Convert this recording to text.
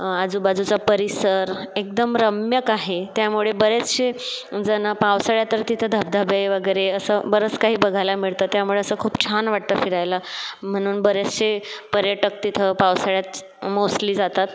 आजूबाजूचा परिसर एकदम रम्य आहे त्यामुळे बरेचसे जणं पावसाळ्यात तर तिथं धबधबे वगैरे असं बरंच काही बघायला मिळतं त्यामुळे असं खूप छान वाटतं फिरायला म्हणून बरेचसे पर्यटक तिथं पावसाळ्यात मोस्टली जातात